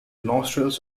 nostrils